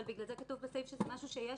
אבל בגלל זה כתוב בסעיף שזה משהו שיש